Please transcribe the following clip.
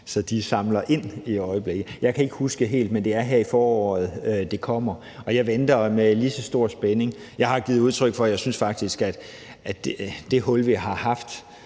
så de samler ind i øjeblikket. Jeg kan ikke helt huske det, men det er her i foråret, det kommer. Og jeg venter på det med lige så stor spænding. Jeg har givet udtryk for, at jeg faktisk synes, at